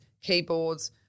keyboards